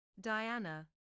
Diana